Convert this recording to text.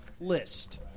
list